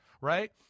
right